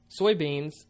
soybeans